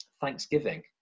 Thanksgiving